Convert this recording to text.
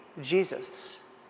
Jesus